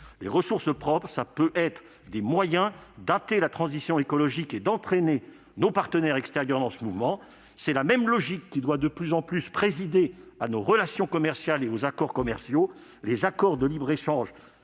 Les ressources propres peuvent être des moyens d'hâter la transition écologique et d'entraîner nos partenaires extérieurs dans ce mouvement. C'est la même logique qui doit de plus en plus présider à nos relations commerciales et aux accords commerciaux. Les accords de libre-échange